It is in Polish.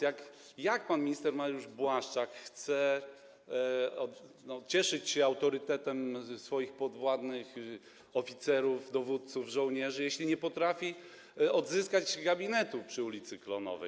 Jak pan minister Mariusz Błaszczak chce cieszyć się autorytetem swoich podwładnych: oficerów, dowódców, żołnierzy, jeśli nie potrafi odzyskać gabinetu przy ul. Klonowej?